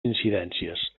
incidències